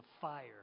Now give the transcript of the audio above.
fire